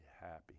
happy